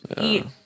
eat